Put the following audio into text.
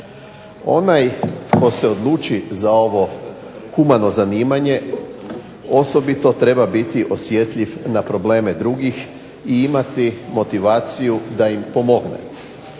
Onaj tko se odluči za ovo humano zanimanje osobito treba biti osjetljiv na probleme drugih i imati motivaciju da im pomogne